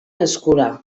eskura